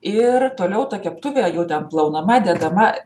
ir toliau ta keptuvė jau ten plaunama dedama